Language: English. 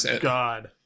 God